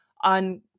on